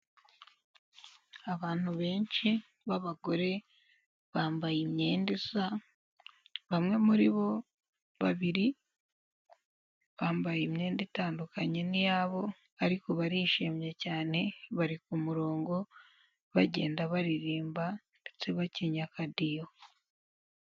Abantu benshi b'abagore bambaye imyenda isa, bamwe muri bo, babiri bambaye imyenda itandukanye n'iyabo, ariko barishimye cyane bari ku murongo bagenda baririmba ndetse bacinya akadiho.